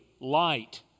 light